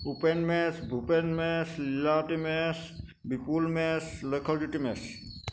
Upen Mech Bhupen Mech Lilawati Mech Bipul Mech Lakshyajyoti match